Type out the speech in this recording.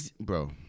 bro